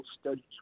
Studies